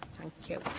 thank you.